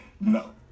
No